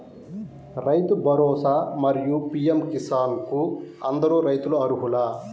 రైతు భరోసా, మరియు పీ.ఎం కిసాన్ కు అందరు రైతులు అర్హులా?